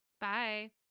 Bye